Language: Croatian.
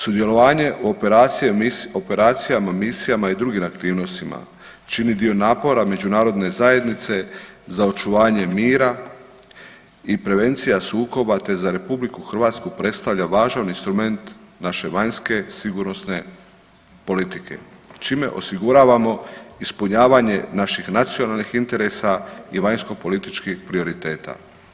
Sudjelovanje u operacijama, misijama i drugim aktivnostima čini dio napora međunarodne zajednice za očuvanje mira i prevencija sukoba, te za RH predstavlja važan instrument naše vanjske sigurnosne politike čime osiguravamo ispunjavanje naših nacionalnih interesa i vanjsko političkim prioriteta.